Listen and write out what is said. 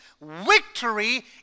victory